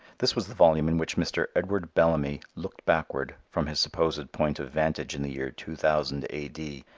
this was the volume in which mr. edward bellamy looked backward from his supposed point of vantage in the year two thousand a. d.